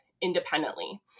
independently